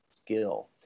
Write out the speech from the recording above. skill